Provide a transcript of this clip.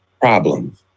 Problem